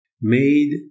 made